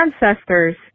ancestors